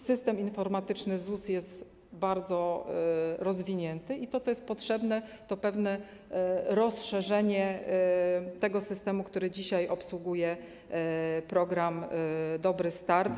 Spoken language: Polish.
System informatyczny ZUS jest bardzo rozwinięty, a to, co jest potrzebne, to pewne rozszerzenie tego systemu, który dzisiaj obsługuje program „Dobry start”